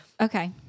Okay